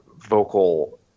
vocal